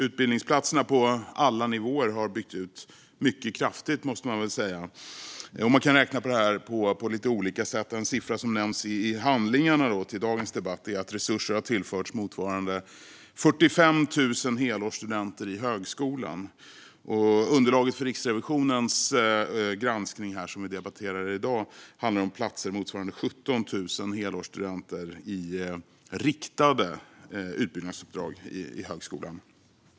Utbildningsplatserna på alla nivåer har byggts ut mycket kraftigt - det måste man väl säga. Man kan räkna på detta på lite olika sätt. Något som nämns i handlingarna till dagens debatt är att det har tillförts resurser motsvarande 45 000 helårsstudenter i högskolan. Underlaget för Riksrevisionens granskning, som vi debatterar i dag, handlar om platser motsvarande 17 000 helårsstudenter i riktade utbyggnadsuppdrag i högskolan.